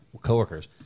coworkers